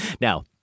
Now